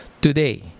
Today